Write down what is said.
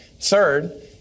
Third